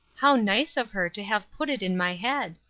how nice of her to have put it in my head!